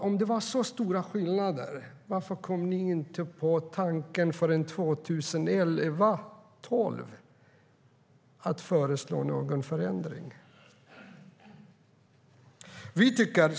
Om det var så stora skillnader, varför kom ni då inte på tanken att föreslå någon förändring förrän 2011-2012?